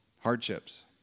hardships